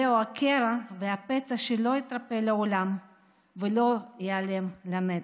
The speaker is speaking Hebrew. זהו הקרע והפצע שלא יתרפא לעולם ולא ייעלם לנצח.